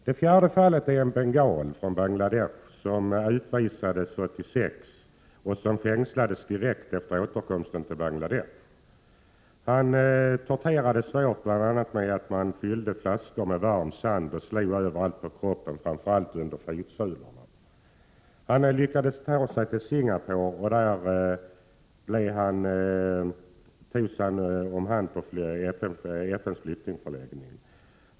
Det femte fallet gäller en bengal från Bangladesh som utvisades 1986 och som fängslades direkt efter återkomsten till Bangladesh. Han torterades svårt, bl.a. genom att man fyllde flaskor med varm sand och slog överallt på kroppen, framför allt under fotsulorna. Han lyckades ta sig till Singapore, och där togs han om hand på FN:s flyktingförläggning.